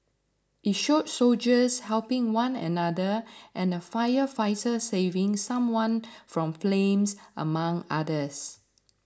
it showed soldiers helping one another and a firefighter saving someone from flames among others